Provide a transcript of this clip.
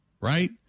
right